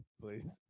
please